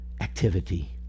activity